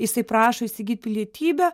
jisai prašo įsigyt pilietybę